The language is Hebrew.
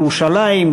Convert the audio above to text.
ירושלים,